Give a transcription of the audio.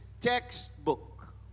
textbook